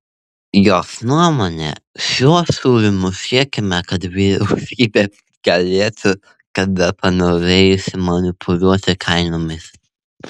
jos nuomone šiuo siūlymu siekiama kad vyriausybė galėtų kada panorėjusi manipuliuoti kainomis